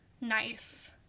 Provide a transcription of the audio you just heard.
nice